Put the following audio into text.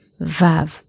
Vav